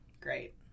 great